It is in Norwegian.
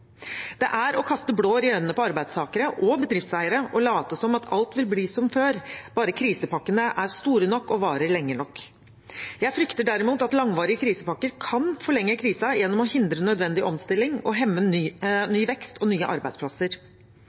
Det er å kaste blår i øynene på arbeidstakere og bedriftseiere å late som om alt vil bli som før bare krisepakkene er store nok og varer lenge nok. Jeg frykter derimot at langvarige krisepakker kan forlenge krisen gjennom å hindre nødvendig omstilling og hemme ny vekst og nye arbeidsplasser.